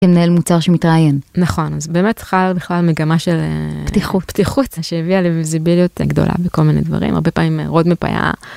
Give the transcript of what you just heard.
מנהל מוצר שמתראיין נכון אז באמת חלה בכלל מגמה של פתיחות פתיחות שהביאה לויזיביליות גדולה בכל מיני דברים הרבה פעמים מאוד בבעיה.